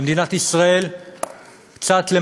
במדינת ישראל קצת יותר